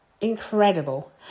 incredible